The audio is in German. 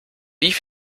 wie